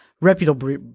reputable